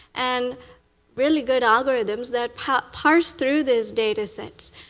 and really good algorithms that parse parse through those data sets,